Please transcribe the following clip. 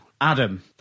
adam